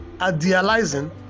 idealizing